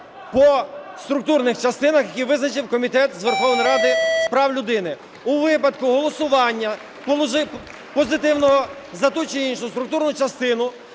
по структурних частинах, які визначив Комітет Верховної Ради України з прав людини. У випадку голосування позитивного за ту чи іншу структурну частину